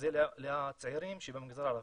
זה לצעירים במגזר הערבי.